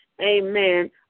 Amen